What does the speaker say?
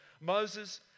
Moses